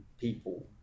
people